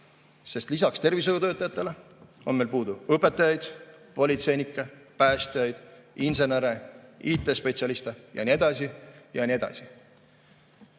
sest lisaks tervishoiutöötajatele on meil puudu õpetajaid, politseinikke, päästjaid, insenere, IT-spetsialiste ja nii edasi